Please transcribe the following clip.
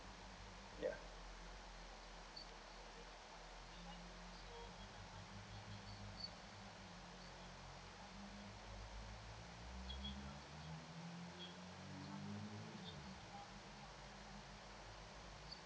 ya